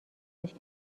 داشت